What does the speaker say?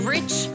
Rich